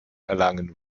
erlangen